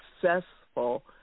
successful